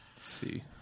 See